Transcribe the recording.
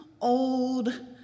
old